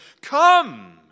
come